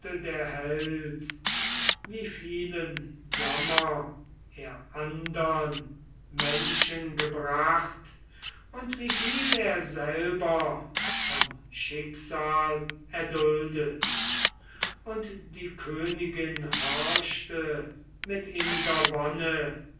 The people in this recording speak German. der held wie vielen jammer er andern menschen gebracht und wie viel er selber vom schicksal erduldet und die königin horchte mit inniger wonne